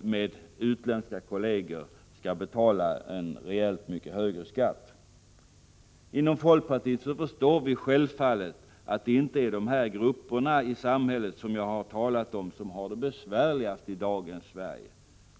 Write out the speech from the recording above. med utländska kolleger skall betala en rejält högre skatt. Inom folkpartiet förstår vi självfallet att det inte är dessa grupper som jag här talat om som har det besvärligast i dagens Sverige.